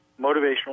motivational